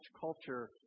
Culture